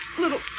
little